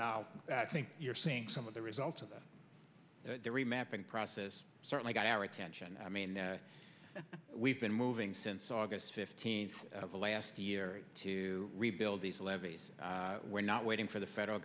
now i think you're seeing some of the results of the remapping process certainly got our attention i mean we've been moving since august fifteenth of last year to rebuild these levees we're not waiting for the federal